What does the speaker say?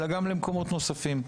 אלא גם למקומות נוספים.